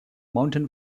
mountain